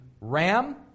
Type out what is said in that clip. ram